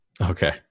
Okay